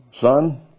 Son